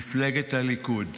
מפלגת הליכוד.